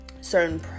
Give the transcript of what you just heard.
certain